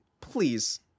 Please